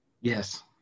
Yes